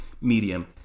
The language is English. medium